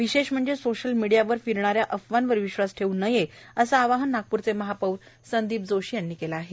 विशेष म्हणजे सोशल मीडियावर फिरणा या अफवांवर विश्वास ठेव् नका असे आवाहन नागप्रचे महापौर संदीप जोशी यांनी केले आहे